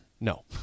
No